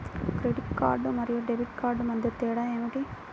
Credit card మరియు debit card మధ్య తేడా ఏమిటి?